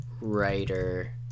writer